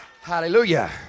Hallelujah